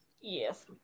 yes